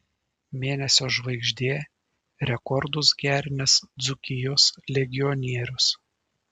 mėnesio žvaigždė rekordus gerinęs dzūkijos legionierius